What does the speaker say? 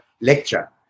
lecture